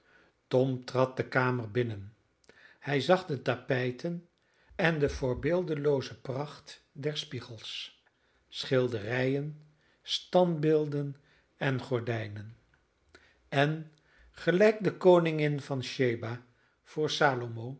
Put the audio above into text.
tom trad de kamer binnen hij zag de tapijten en de voorbeeldelooze pracht der spiegels schilderijen standbeelden en gordijnen en gelijk de koningin van